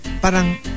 Parang